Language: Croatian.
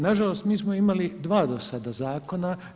Na žalost mi smo imali dva do sada zakona.